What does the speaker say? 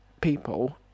people